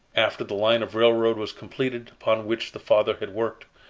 after the line of railroad was completed upon which the father had worked,